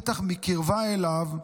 בטח מקרבה אליו,